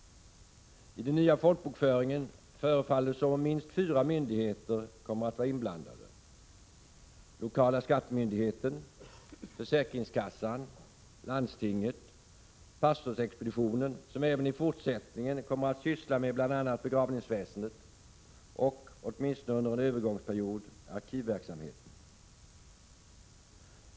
I den nya folkbokföringen förefaller det som om minst fyra myndigheter kommer att vara inblandade: pastorsexpeditionen, vilken även i fortsättningen kommer att syssla med bl.a. begravningsväsendet och, åtminstone under en övergångsperiod, arkivverksamheten.